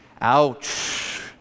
Ouch